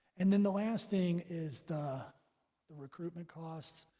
and then the last thing is the the recruitment costs